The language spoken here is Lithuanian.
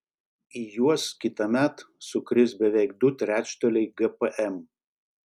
į juos kitąmet sukris beveik du trečdaliai gpm